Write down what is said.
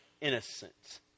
innocent